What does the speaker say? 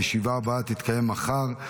הישיבה הבאה תתקיים מחר,